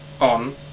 on